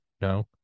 no